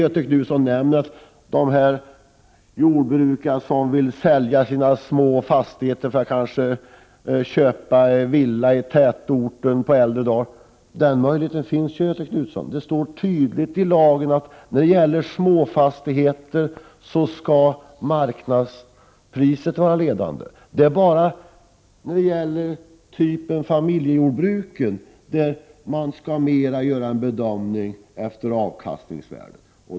Göthe Knutson talar om jordbrukare som vill sälja sina små fastigheter för att kanske köpa en villa i tätorten på äldre dar. Den möjligheten finns, Göthe Knutson. Det står tydligt i lagen att när det gäller småfastigheter skall marknadspriset vara ledande. Det är bara när det gäller fastigheter av typ familjejordbruk som man skall göra en bedömning efter avkastningsvärdet.